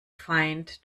feind